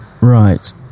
Right